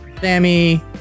sammy